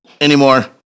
anymore